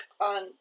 on